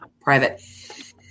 Private